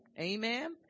Amen